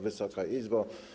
Wysoka Izbo!